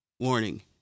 Warning